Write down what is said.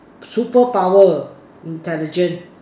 superpower intelligent